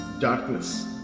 darkness